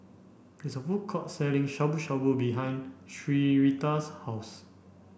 there is a food court selling Shabu Shabu behind Syreeta's house